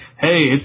hey